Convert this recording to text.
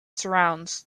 surrounds